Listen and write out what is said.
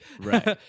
right